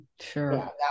Sure